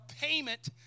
payment